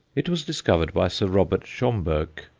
it was discovered by sir robert schomburgk,